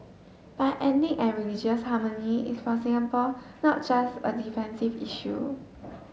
but ethnic and religious harmony is for Singapore not just a defensive issue